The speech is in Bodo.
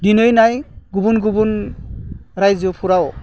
दिनै नाय गुबुन गुबुन रायजोफोराव